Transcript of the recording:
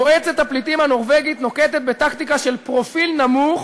"מועצת הפליטים הנורבגית" נוקטת בטקטיקה של פרופיל נמוך